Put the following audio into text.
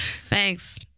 Thanks